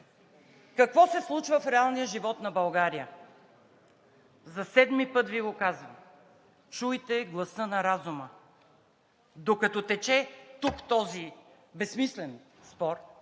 какво се случва с реалния живот на България? За седми път Ви го казвам: чуйте гласа на разума. Докато тук тече този безсмислен спор,